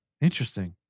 Interesting